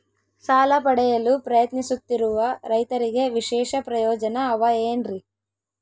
ಸಾಲ ಪಡೆಯಲು ಪ್ರಯತ್ನಿಸುತ್ತಿರುವ ರೈತರಿಗೆ ವಿಶೇಷ ಪ್ರಯೋಜನ ಅವ ಏನ್ರಿ?